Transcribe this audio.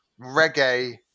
reggae